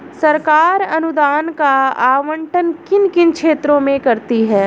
सरकार अनुदान का आवंटन किन किन क्षेत्रों में करती है?